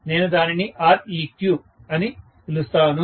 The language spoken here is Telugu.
నేను దీనిని Req అని పిలుస్తాను